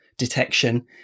detection